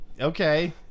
Okay